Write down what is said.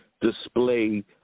display